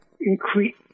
increase